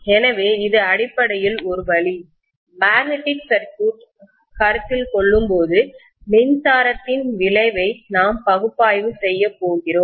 எனவே இது அடிப்படையில் ஒரு வழி மேக்னெட்டிக் சர்க்யூட் கருத்தில் கொள்ளும்போது மின்சாரத்தின் விளைவை நாம் பகுப்பாய்வு செய்யப் போகிறோம்